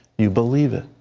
you believe it.